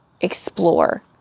explore